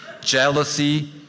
jealousy